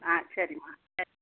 ஆ சரிம்மா சரி